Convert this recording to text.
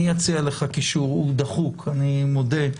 אני אציע לך קישור, הוא דחוק אני מודה.